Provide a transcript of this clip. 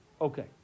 okay